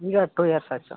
ಈಗ two years ಆಯ್ತು sir